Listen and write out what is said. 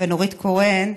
ונורית קורן,